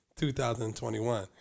2021